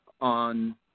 on